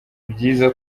byiza